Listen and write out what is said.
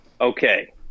Okay